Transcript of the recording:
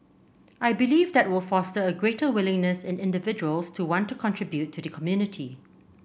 I believe that will foster a greater willingness in individuals to want to contribute to the community